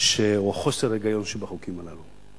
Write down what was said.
או חוסר ההיגיון שבחוקים הללו.